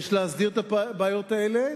יש להסדיר את הבעיות האלה,